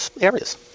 areas